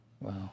wow